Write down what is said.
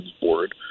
Board